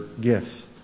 gifts